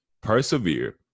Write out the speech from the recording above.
persevere